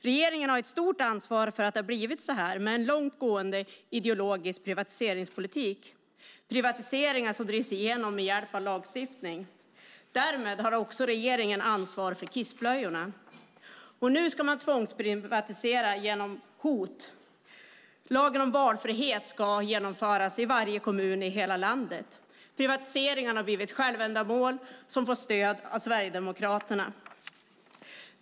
Regeringen har genom en långtgående ideologisk privatiseringspolitik ett stort ansvar för att det har blivit så här. Det är privatiseringar som drivs igenom med hjälp av lagstiftning. Därmed har också regeringen ansvar för kissblöjorna. Nu ska man även tvångsprivatisera genom hot - lagen om valfrihet ska genomföras i varje kommun i hela landet. Privatisering har blivit ett självändamål som får stöd av Sverigedemokraterna.